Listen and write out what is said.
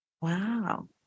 Wow